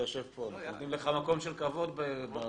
גם לאנשי משרדך, ככל